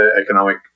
economic